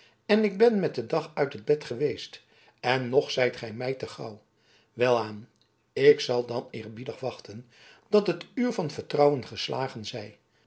opstaan ik ben met den dag uit het bed geweest en nog zijt gij mij te gauw welaan ik zal dan eerbiedig wachten dat het uur van vertrouwen geslagen zij